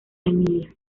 emilia